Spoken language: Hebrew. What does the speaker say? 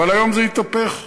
אבל היום זה התהפך: